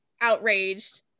outraged